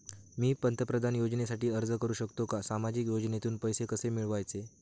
मी पंतप्रधान योजनेसाठी अर्ज करु शकतो का? सामाजिक योजनेतून पैसे कसे मिळवायचे